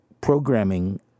programming